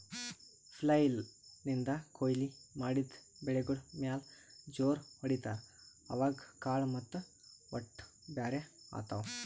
flail ನಿಂದ್ ಕೊಯ್ಲಿ ಮಾಡಿದ್ ಬೆಳಿಗೋಳ್ ಮ್ಯಾಲ್ ಜೋರ್ ಹೊಡಿತಾರ್, ಅವಾಗ್ ಕಾಳ್ ಮತ್ತ್ ಹೊಟ್ಟ ಬ್ಯಾರ್ ಆತವ್